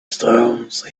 stones